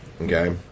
Okay